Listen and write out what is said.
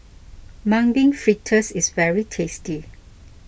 Mung Bean Fritters is very tasty